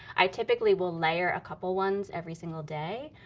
i typically will layer a couple ones every single day.